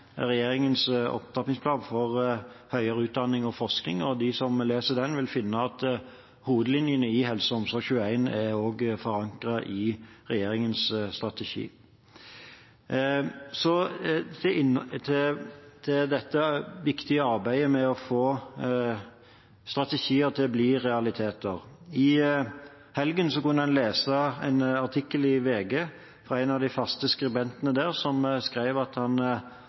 regjeringens strategi. Så til det viktige arbeidet med å få strategier til å bli realiteter. I helgen kunne en lese en artikkel i VG av en av de faste skribentene der. Han skrev at han